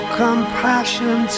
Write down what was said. compassion